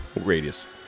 radius